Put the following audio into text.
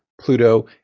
Pluto